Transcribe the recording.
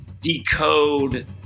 decode